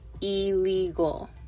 illegal